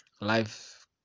life